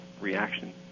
reaction